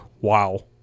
wow